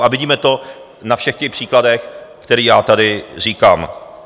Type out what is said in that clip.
A vidíme to na všech těch příkladech, které já tady říkám.